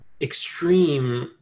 extreme